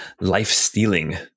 life-stealing